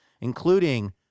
including